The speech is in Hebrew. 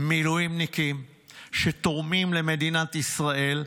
מילואימניקים שתורמים למדינת ישראל,